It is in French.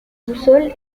boussole